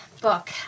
book